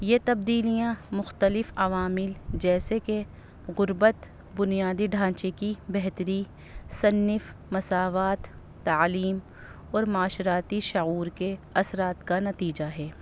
یہ تبدیلیاں مختلف عوامل جیسے کہ غربت بنیادی ڈھانچے کی بہتری صنف مساوات تعلیم اور معاشرتی شعور کے اثرات کا نتیجہ ہے